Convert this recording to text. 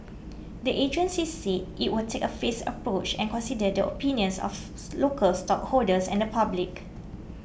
the agency said it will take a phased approach and consider the opinions of local stakeholders and the public